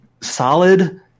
solid